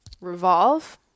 Revolve